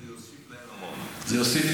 זה לא יחסוך להם כלום, זה יוסיף להם המון.